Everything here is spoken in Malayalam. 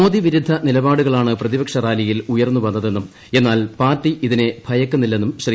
മോദി വിരുദ്ധ നിലപാടുകളാണ് പ്രതിപക്ഷ റാലിയിൽ ഉയർന്നു വന്നതെന്നും എന്നാൽ പാർട്ടി ഇതിനെ ഭയക്കുന്നില്ലെന്നും ശ്രീ